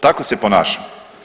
Tako se ponaša.